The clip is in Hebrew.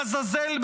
לעזאזל,